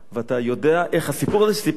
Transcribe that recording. ואתה יודע איך הסיפור הזה שסיפרתי,